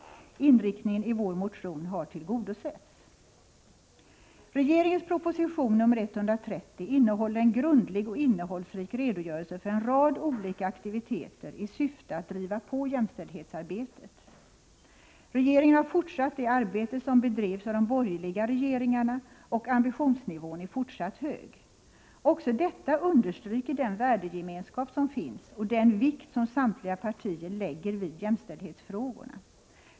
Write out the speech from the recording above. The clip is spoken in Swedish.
Inriktningen i vår motion har tillgodosetts. I regeringens proposition nr 130 finns en grundlig och innehållsrik redogörelse för en rad olika aktiviteter i syfte att driva på jämställdhetsarbetet. Regeringen har fortsatt det arbete som bedrevs av de borgerliga regeringarna, och ambitionsnivån är fortsatt hög. Också detta understryker den värdegemenskap som finns och den vikt som samtliga partier lägger vid jämställdhetsfrågorna.